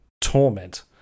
torment